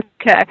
okay